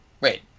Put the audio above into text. Wait